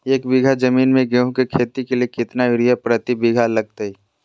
एक बिघा जमीन में गेहूं के खेती के लिए कितना यूरिया प्रति बीघा लगतय?